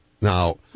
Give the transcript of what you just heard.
Now